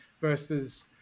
versus